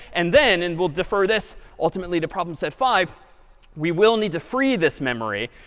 and then and we'll defer this ultimately to problem set five we will need to free this memory.